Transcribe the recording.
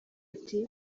ati